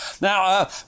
Now